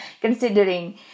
considering